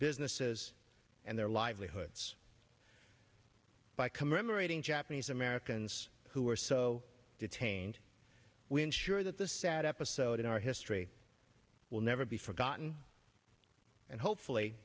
businesses and their livelihoods by commemorating japanese americans who were so detained we ensure that the sad episode in our history will never be forgotten and hopefully